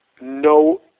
no